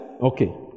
Okay